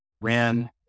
ran